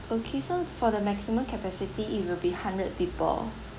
okay so for the maximum capacity it will be hundred people